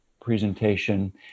presentation